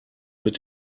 mit